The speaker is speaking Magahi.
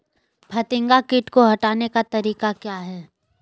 फतिंगा किट को हटाने का तरीका क्या है?